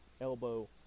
elbow